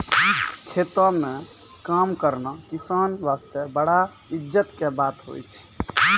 खेतों म काम करना किसान वास्तॅ बड़ा इज्जत के बात होय छै